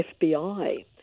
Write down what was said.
FBI